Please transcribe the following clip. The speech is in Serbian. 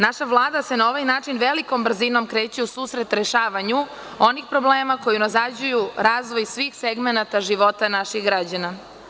Naša Vlada se na ovaj način, velikom brzinom, kreće u susret rešavanju onih problema koji unazađuju razvoj svih segmenata života naših građana.